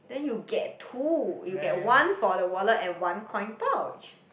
then you get two you get one for the wallet and one coin pouch